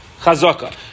chazaka